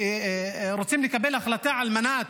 ורוצים לקבל החלטה על מנת